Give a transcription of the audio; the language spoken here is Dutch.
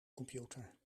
computer